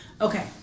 Okay